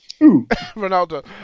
Ronaldo